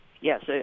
Yes